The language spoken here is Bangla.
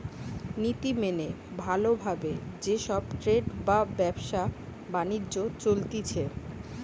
নীতি মেনে ভালো ভাবে যে সব ট্রেড বা ব্যবসা বাণিজ্য চলতিছে